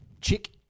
chick